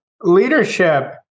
leadership